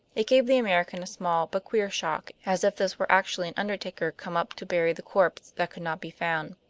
it gave the american a small but queer shock, as if this were actually an undertaker come up to bury the corpse that could not be found.